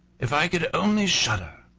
if i could only shudder!